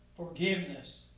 Forgiveness